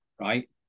right